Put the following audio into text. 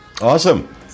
Awesome